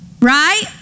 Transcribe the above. right